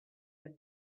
had